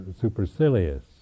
supercilious